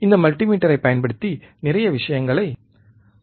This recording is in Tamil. இந்த மல்டிமீட்டரைப் பயன்படுத்தி நிறைய விஷயங்களை அளவிட்டுள்ளோம்